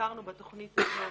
והכרנו בתכנית הזאת